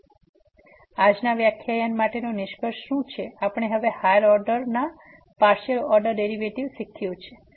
તેથી આજના વ્યાખ્યાન માટેનો નિષ્કર્ષ શું છે આપણે હવે હાયર ઓર્ડર ના પાર્સીઅલ ઓર્ડર ડેરીવેટીવ શીખ્યું છે